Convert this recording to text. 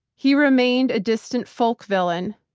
he remained a distant folk villain,